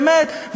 באמת,